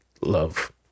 Love